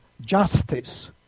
justice